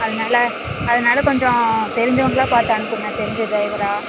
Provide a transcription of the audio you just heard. அதனால அதனால கொஞ்சம் தெரிஞ்சவங்களா பார்த்து அனுப்புங்க தெரிஞ்ச டிரைவராக